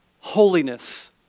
holiness